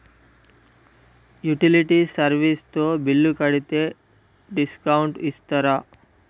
Utility service తో bill కడితే discount ఇస్తరా?